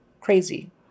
crazy